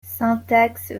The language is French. syntaxe